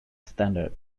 standard